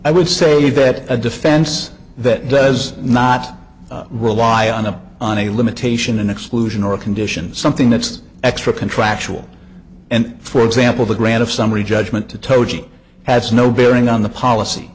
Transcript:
i would say that a defense that does not rely on a on a limitation an exclusion or a condition something that's extra contractual and for example the grant of summary judgment to toji has no bearing on the policy